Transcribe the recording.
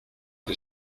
que